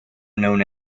known